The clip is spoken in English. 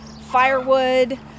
firewood